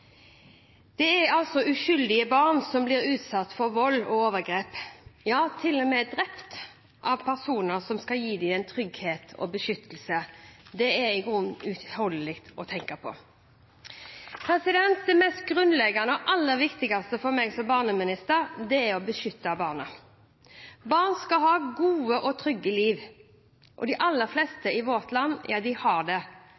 Det er uskyldige barn som blir utsatt for vold og overgrep – og til og med drept – av personer som skal gi dem trygghet og beskyttelse. Det er i grunnen uutholdelig å tenke på. Det mest grunnleggende og aller viktigste for meg som barneminister er å beskytte barn. Barn skal ha gode og trygge liv. De aller fleste i vårt land har det,